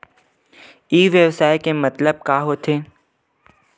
ई व्यवसाय के मतलब का होथे?